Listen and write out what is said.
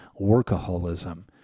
workaholism